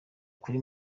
kuri